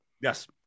Yes